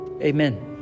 amen